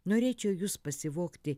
norėčiau jus pasivogti